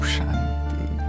Shanti